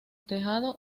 tejado